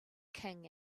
king